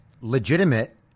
legitimate